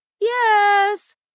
Yes